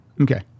Okay